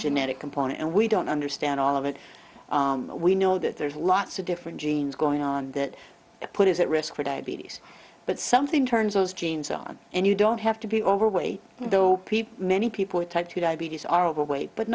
genetic component and we don't understand all of it we know that there's lots of different genes going on that put it at risk for diabetes but something turns us genes on and you don't have to be overweight though many people are type two diabetes are overweight but